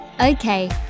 Okay